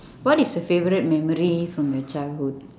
what is a favourite memory from your childhood